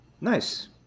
Nice